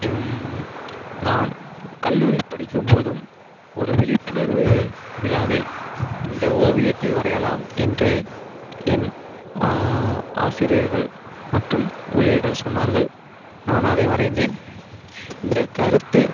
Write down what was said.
நான் கல்லூரி படிக்கும்போதும் ஒரு விழிப்புணர்வு விழாவில் இந்த ஓவியத்தை வரையலாம் என்று என் ஆசிரியர்கள் மற்றும் ஊழியர்கள் சொன்னார்கள் நான் அதை வரைந்தேன் இந்த கருத்து